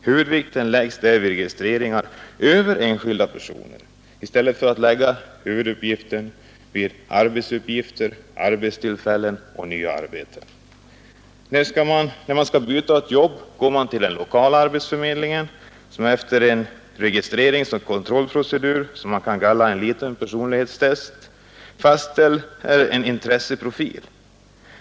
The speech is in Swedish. Huvudvikten läggs där vid registreringar över enskilda personer i stället för vid arbetsuppgifter, arbetstillfällen och nya arbeten. När man skall byta ett jobb, går man till den lokala arbetsförmedlingen, som efter en registreringsoch kontrollprocedur, något som man kan kalla en liten personlighetstest, fastställer en ”intresseprofil”.